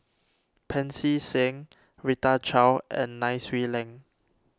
Pancy Seng Rita Chao and Nai Swee Leng